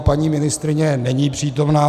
Paní ministryně není přítomna.